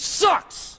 sucks